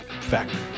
factor